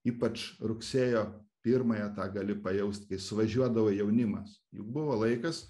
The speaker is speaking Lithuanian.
ypač rugsėjo pirmąją tą gali pajaust kai suvažiuodavo jaunimas juk buvo laikas